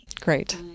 Great